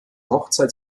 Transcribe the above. hochzeit